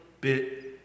bit